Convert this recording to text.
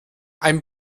ein